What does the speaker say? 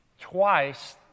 twice